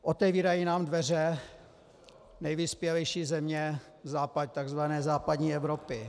Otevírají nám dveře nejvyspělejší země tzv. západní Evropy.